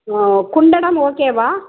ஓ குண்டடம் ஓகேவா